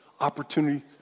opportunity